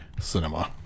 cinema